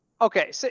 Okay